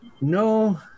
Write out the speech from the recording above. No